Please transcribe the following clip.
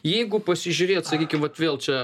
jeigu pasižiūrėt sakykim vat vėl čia